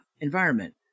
environment